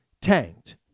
tanked